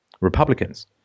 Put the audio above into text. republicans